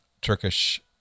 Turkish